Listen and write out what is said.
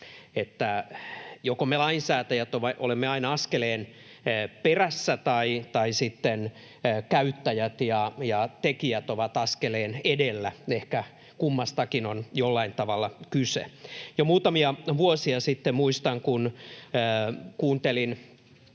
joko me lainsäätäjät olemme aina askeleen perässä tai sitten käyttäjät ja tekijät ovat askeleen edellä. Ehkä kummastakin on jollain tavalla kyse. Muistan, kun jo muutamia vuosia sitten kuuntelin